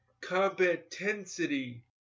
competency